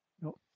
no